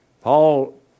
Paul